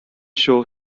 show